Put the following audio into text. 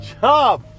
job